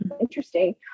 interesting